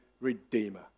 redeemer